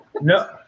No